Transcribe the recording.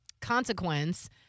consequence